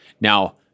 Now